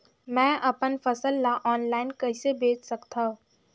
मैं अपन फसल ल ऑनलाइन कइसे बेच सकथव?